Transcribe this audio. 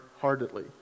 heartedly